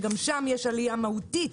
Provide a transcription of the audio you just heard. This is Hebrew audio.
שגם שם יש עלייה מהותית